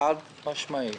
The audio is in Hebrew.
חד-משמעית.